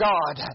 God